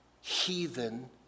heathen